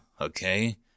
okay